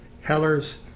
Hellers